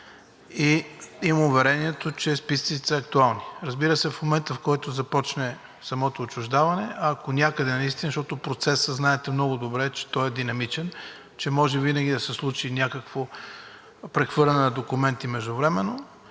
и имам уверението, че списъците са актуални. Разбира се, от момента, в който започне самото отчуждаване – ако някъде наистина има, защото процесът, знаете много добре, е динамичен и винаги може да се случи някакво прехвърляне на документи междувременно,